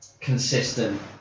consistent